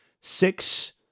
six